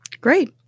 Great